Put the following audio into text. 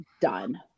done